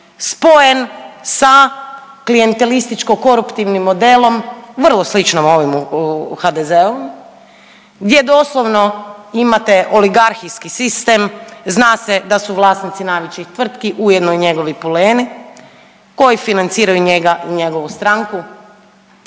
spojen sa klijentelističko-koruptivnim modelom vrlo sličnom ovim u HDZ-u gdje doslovno imate oligarhijski sistem. Zna se da su vlasnici najvećih tvrtki ujedno i njegovi puleni koji financiraju njega i njegovu stranku.